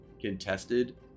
Contested